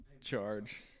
charge